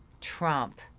Trump